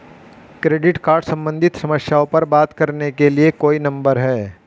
Credit card सम्बंधित समस्याओं पर बात करने के लिए कोई नंबर है?